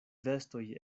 vestoj